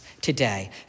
today